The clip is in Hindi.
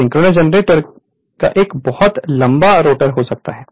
सिंक्रोनस जनरेटर में एक बहुत लंबा रोटर हो सकता है